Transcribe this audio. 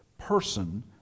person